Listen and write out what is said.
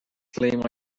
claim